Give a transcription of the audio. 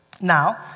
Now